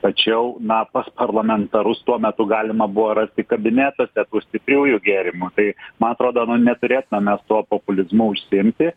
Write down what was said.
tačiau na pas parlamentarus tuo metu galima buvo rasti kabinetuose tų stipriųjų gėrimų tai man atrodo nu neturėtume mes tuo populizmu užsiimti